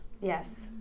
Yes